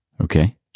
Okay